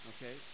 Okay